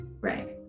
Right